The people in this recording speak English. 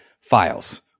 files